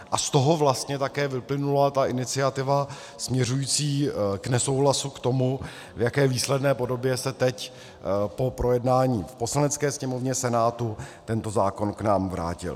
A z toho vlastně také vyplynula ta iniciativa směřující k nesouhlasu, v jaké výsledné podobě se teď po projednání v Poslanecké sněmovně, v Senátu tento zákon k nám vrátil.